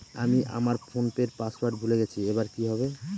আমি আমার ফোনপের পাসওয়ার্ড ভুলে গেছি এবার কি হবে?